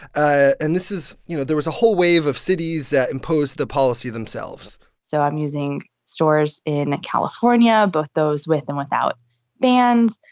ah and this is you know, there was a whole wave of cities that imposed the policy themselves so i'm using stores in california, both those with and without bans.